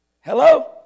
Hello